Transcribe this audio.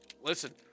listen